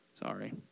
Sorry